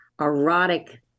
erotic